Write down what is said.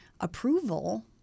approval